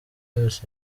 wese